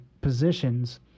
positions